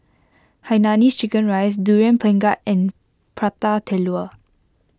Hainanese Chicken Rice Durian Pengat and Prata Telur